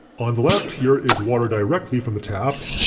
on the left here is water directly from the tap,